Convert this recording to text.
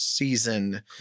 Season